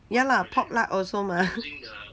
ya lah pork lard also mah